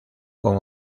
con